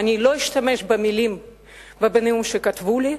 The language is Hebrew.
ואני לא אשתמש במלים ובנאום שכתבו לי.